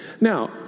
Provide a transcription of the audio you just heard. Now